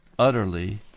Utterly